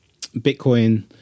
Bitcoin